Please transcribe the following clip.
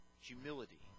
humility